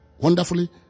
wonderfully